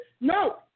No